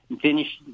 Finish